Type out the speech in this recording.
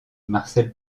marcel